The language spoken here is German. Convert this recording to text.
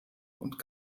und